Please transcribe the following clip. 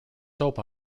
soap